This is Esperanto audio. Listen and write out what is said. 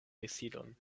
decidon